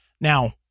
now